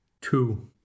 two